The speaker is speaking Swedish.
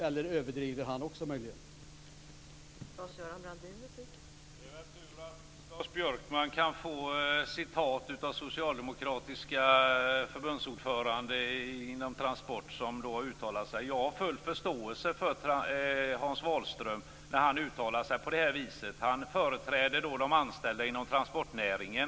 Eller är det möjligen så att också Hans Wahlström överdriver?